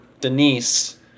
Denise